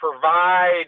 provide